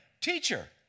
Teacher